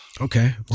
Okay